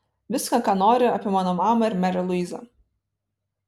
viską ką nori apie mano mamą ir merę luizą